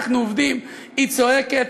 אנחנו עובדים, היא צועקת.